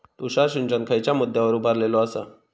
तुषार सिंचन खयच्या मुद्द्यांवर उभारलेलो आसा?